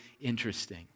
interesting